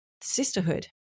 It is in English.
sisterhood